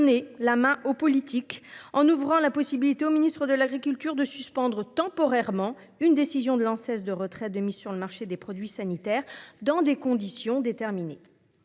la main aux politiques en ouvrant la possibilité au Ministre de l'Agriculture de suspendre temporairement une décision de l'an cessent de retrait de mise sur le marché des produits sanitaires dans des conditions déterminées.